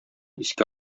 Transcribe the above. искә